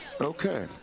Okay